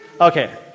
Okay